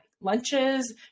lunches